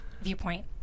viewpoint